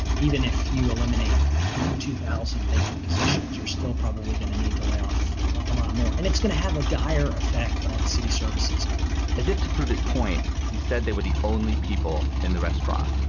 even if you eliminate you know two thousand vacant positions, you're still probably going to need to lay off a lot more and it's going to have a dire effect on city services as if to prove his point, he said they were the only people in the restaurant.